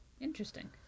Interesting